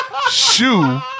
shoe